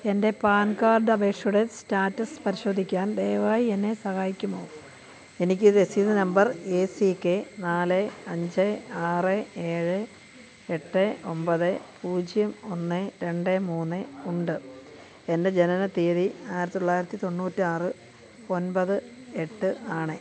എന്റെ PAN card അപേഷയുടെ status പരിശോധിക്കാന് ദയവായി എന്നെ സഹായിക്കുമോ എനിക്ക് രസീത് നമ്പര് ഏ സി കെ നാല് അഞ്ച് ആറ് ഏഴ് എട്ട് ഒമ്പത് പൂജ്യം ഒന്ന് രണ്ട് മൂന്ന് ഉണ്ട് എന്റെ ജനന തിയതി ആയിരത്തൊള്ളായിരത്തി തൊണ്ണൂറ്റാറ് ഒന്പത് എട്ട് ആണ്